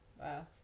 Wow